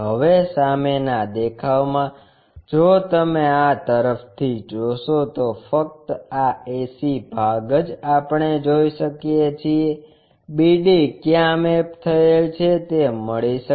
હવે સામેના દેખાવમાં જો તમે આ તરફ થી જોશો તો ફક્ત આ ac ભાગ જ આપણે જોઈ શકીએ છીએ bd ક્યાં મેપ થયેલ છે તે મળી શકે